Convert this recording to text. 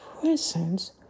presence